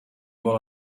vol